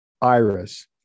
iris